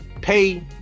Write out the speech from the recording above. pay